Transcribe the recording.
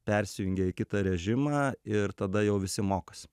persijungia į kitą režimą ir tada jau visi mokosi